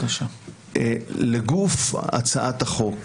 לגוף הצעת החוק,